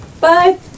Bye